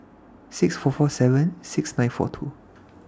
six four four seven six nine four two